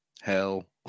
Hell